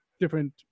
different